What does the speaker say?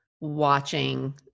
watching